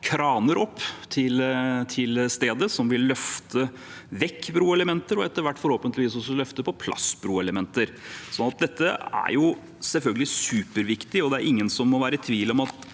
kraner opp til stedet som vil løfte vekk bruelementer og forhåpentligvis også løfte på plass bruelementer. Dette er selvfølgelig superviktig, og det er ingen som må være i tvil om at